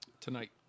tonight